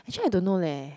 actually I don't know leh